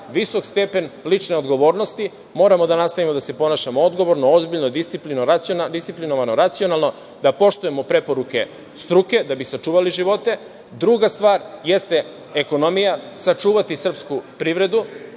visok stepen lične odgovornosti. Moramo da nastavimo da se ponašamo odgovorno, ozbiljno, disciplinovano, racionalno, da poštujemo preporuke struke, da bi sačuvali živote. Druga stvar jeste ekonomija, sačuvati srpsku privredu.